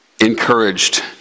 encouraged